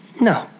No